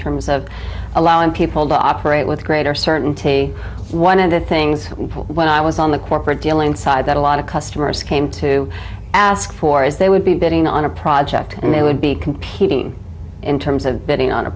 terms of allowing people to operate with greater certainty one of the things when i was on the corporate dealing side that a lot of customers came to ask for is they would be bidding on a project and they would be competing in terms of bidding on a